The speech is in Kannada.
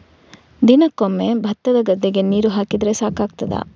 ದಿನಕ್ಕೆ ಒಮ್ಮೆ ಭತ್ತದ ಗದ್ದೆಗೆ ನೀರು ಹಾಕಿದ್ರೆ ಸಾಕಾಗ್ತದ?